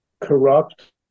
corrupt